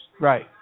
Right